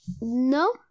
No